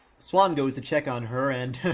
swan goes to check on her, and heh,